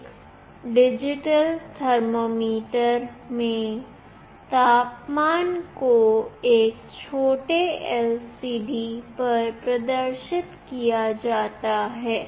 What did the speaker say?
एक digital thermometer में तापमान को एक छोटे LCD पर प्रदर्शित किया जाता है